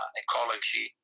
ecology